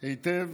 היטב,